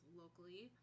locally